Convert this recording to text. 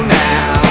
now